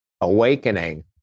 awakening